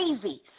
crazy